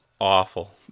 Awful